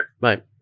Right